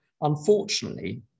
Unfortunately